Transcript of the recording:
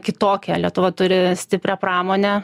kitokia lietuva turi stiprią pramonę